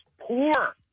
poor